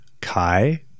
kai